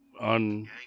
on